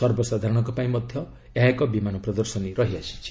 ସର୍ବସାଧାରଣଙ୍କ ପାଇଁ ମଧ୍ୟ ଏହା ଏକ ବିମାନ ପ୍ବଦର୍ଶନୀ ରହିଆସିଛି